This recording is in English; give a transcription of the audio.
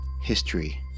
history